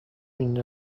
این